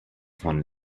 von